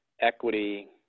equity